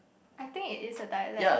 I think it is a dialect